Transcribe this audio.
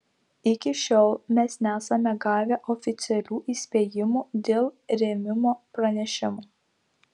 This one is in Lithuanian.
iki šiol mes nesame gavę oficialių įspėjimų dėl rėmimo pranešimų